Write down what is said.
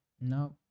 No